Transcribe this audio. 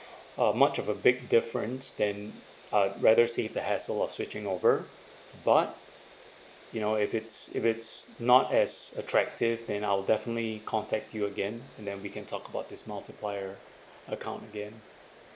uh much of a big difference then I rather save the hassle of switching over but you know if it's if it's not as attractive then I'll definitely contact you again and then we can talk about this multiplier account again